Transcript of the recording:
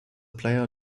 player